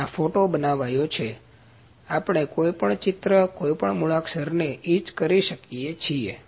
અને આ ફોટો બનાવાયો છે આપણે કોઈ પણ ચિત્ર કોઈ પણ મૂળાક્ષર ને એચ કરી શકીયે છીએ